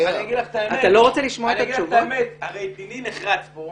אגיד לך את האמת, הרי דיני נחרץ כאן.